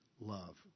love